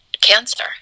cancer